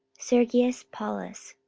sergius paulus,